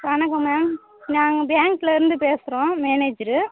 வணக்கம் மேம் நாங்கள் பேங்க்லிருந்து பேசுகிறோம் மேனேஜரு